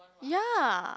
ya